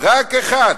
רק אחד: